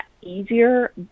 easier